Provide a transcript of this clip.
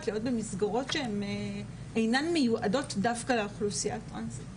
להיות במסגרות שאינן מיועדות דווקא לאוכלוסייה הטרנסית.